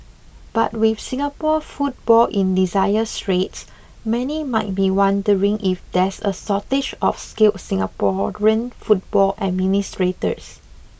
but with Singapore football in desire straits many might be wondering if there's a shortage of skilled Singaporean football administrators